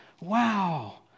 wow